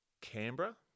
Canberra